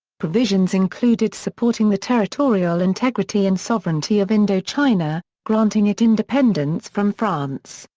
provisions included supporting the territorial integrity and sovereignty of indochina, granting it independence from france,